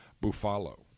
Buffalo